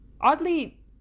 oddly